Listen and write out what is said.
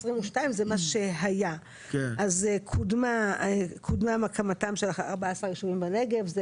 2022. קודמה הקמתם של 14 ישובים בנגב,